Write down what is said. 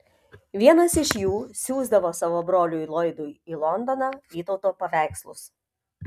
vienas iš jų siųsdavo savo broliui loydui į londoną vytauto paveikslus